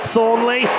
Thornley